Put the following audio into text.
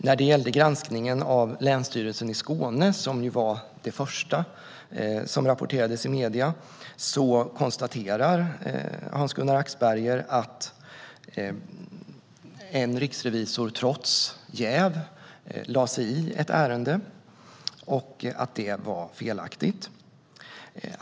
När det gällde granskningen av Länsstyrelsen i Skåne län, som var det första som rapporterades i medierna, konstaterar Hans-Gunnar Axberger att en riksrevisor trots jäv lade sig i ett ärende och att det var felaktigt.